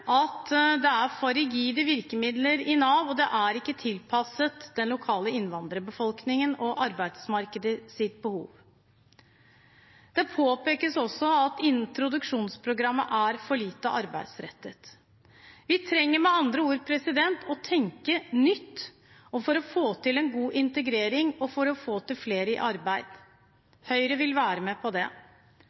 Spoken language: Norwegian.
at det er for rigide virkemidler i Nav, og det er ikke tilpasset den lokale innvandrerbefolkningen og arbeidsmarkedets behov. Det påpekes også at introduksjonsprogrammet er for lite arbeidsrettet. Vi trenger med andre ord å tenke nytt for å få til god integrering og å få flere i arbeid. Høyre vil være med på det.